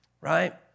right